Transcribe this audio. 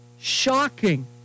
Shocking